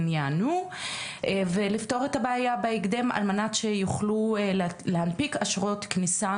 ייענו ולפתור את הבעיה בהקדם על מנת שיוכלו להנפיק אשרות כניסה